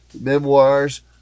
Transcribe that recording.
memoirs